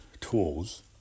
tools